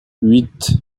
huit